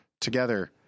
together